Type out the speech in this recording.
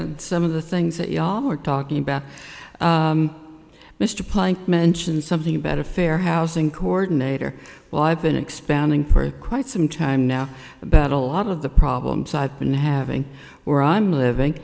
on some of the things that ya'll are talking about mr pike mentioned something about a fair housing coordinator well i've been expounding for quite some time now about a lot of the problems side been having or i'm living